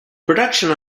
production